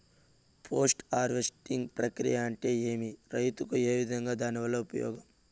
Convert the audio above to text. Post harvesting ప్రక్రియ అంటే ఏమి? రైతుకు ఏ విధంగా దాని వల్ల ఉపయోగం?